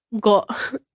got